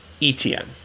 ETN